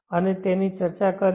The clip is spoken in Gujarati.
અમે તેની ચર્ચા કરી છે